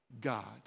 God